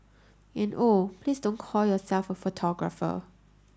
and oh please don't call yourself a photographer